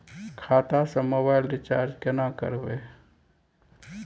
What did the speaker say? खाता स mobile recharge केना करबे?